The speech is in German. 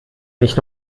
nicht